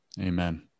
Amen